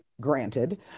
granted